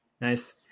Nice